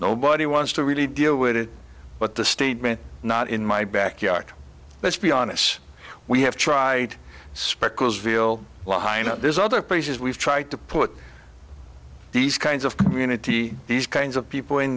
nobody wants to really deal with it but the statement not in my backyard let's be honest we have tried speckles deal well there's other places we've tried to put these kinds of community these kinds of people in